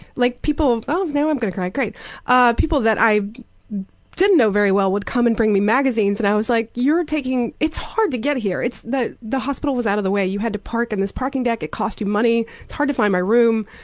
like people oh now i'm gonna cry, great ah people i didn't know very well would come and bring me magazines, and i was like, you're taking it's hard to get here, the the hospital was out of the way. you had to park in this parking deck, it cost you money, it's hard to find my room,